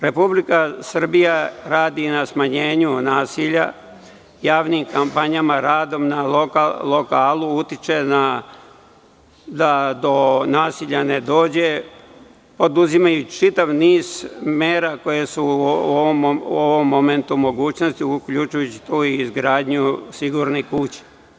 Republika Srbija radi na smanjenju nasilja javnim kampanjama, radom na lokalu, utiče da do nasilja ne dođe, preduzimajući čitav niz mera koje su u ovom momentu u mogućnosti, uključujući i izgradnju sigurnih kuća.